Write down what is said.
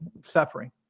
suffering